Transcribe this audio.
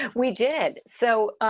ah we did. so.